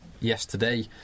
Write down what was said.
yesterday